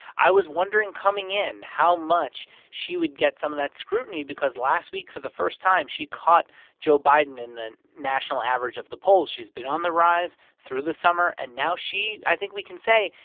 i was wondering coming in how much she would get some of that scrutiny because last week, for the first time, she caught joe biden in the national average of the polls. she's been on the rise through the summer. and now she, i think we can say,